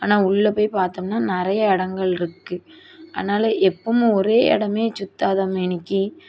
ஆனால் உள்ளே போய் பாத்தோம்னா நிறையா இடங்கள் இருக்குது அதனால் எப்பயும் ஒரே இடமே சுத்தாத மேனிக்கு